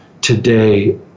today